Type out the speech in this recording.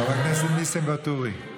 חבר הכנסת ניסים ואטורי.